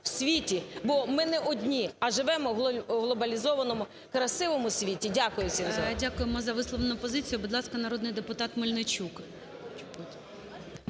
в світі. Бо ми не одні, а живемо в глобалізованому, красивому світі. Дякую. ГОЛОВУЮЧИЙ. Дякуємо за висловлену позицію. Будь ласка, народний депутат Мельничук.